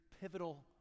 pivotal